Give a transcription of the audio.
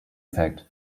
fact